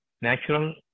natural